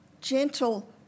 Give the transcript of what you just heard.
gentle